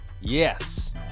Yes